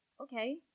Okay